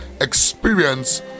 experience